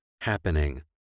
happening